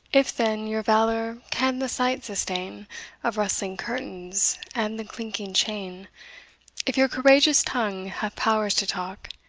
if, then, your valour can the sight sustain of rustling curtains and the clinking chain if your courageous tongue have powers to talk,